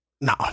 No